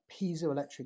piezoelectric